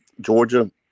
georgia